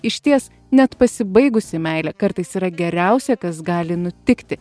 išties net pasibaigusi meilė kartais yra geriausia kas gali nutikti